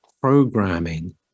programming